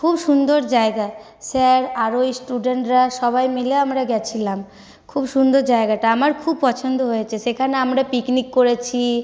খুব সুন্দর জায়গা স্যার আরও স্টুডেন্টরা সবাই মিলে আমরা গিয়েছিলাম খুব সুন্দর জায়গাটা আমার খুব পছন্দ হয়েছে সেখানে আমরা পিকনিক করেছি